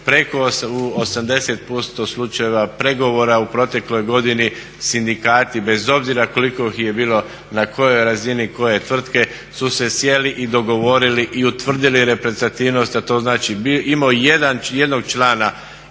preko 80% slučajeva pregovora u protekloj godini sindikati bez obzira koliko ih je bilo na kojoj razini i koje tvrtke su se sjeli i dogovorili i utvrdili reprezentativnost a to znači imao jednog člana,